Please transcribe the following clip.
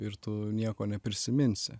ir tu nieko neprisiminsi